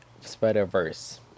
Spider-Verse